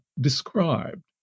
described